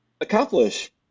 accomplish